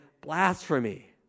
blasphemy